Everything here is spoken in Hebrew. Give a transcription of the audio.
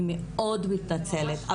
אני מאוד מתנצלת,